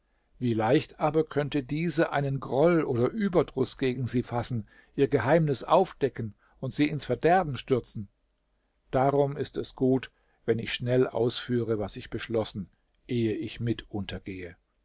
wie leicht aber könnte diese einen groll oder überdruß gegen sie fassen ihr geheimnis aufdecken und sie ins verderben stürzen darum ist es gut wenn ich schnell ausführe was ich beschlossen ehe ich